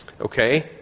okay